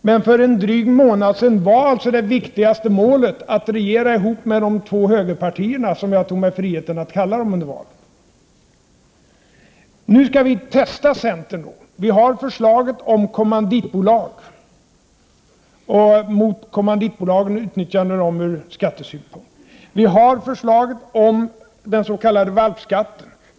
Men för en dryg månad sedan var det viktigaste målet att regera ihop med de två högerpartierna, som jag tog mig friheten att kalla dem under valet. Nu skall vi testa centern: Vi har ett förslag som innebär att man inte skall kunna utnyttja kommanditbolag ur skattesynpunkt. Vi har förslag om den s.k. valpskatten.